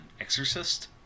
Exorcist